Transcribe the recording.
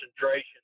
concentration